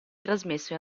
trasmesso